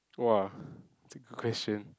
woah trick question